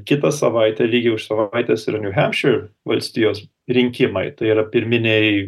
kitą savaitę lygiai už savaitės yra niu hempšyr valstijos rinkimai tai yra pirminiai